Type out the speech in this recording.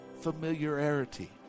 familiarity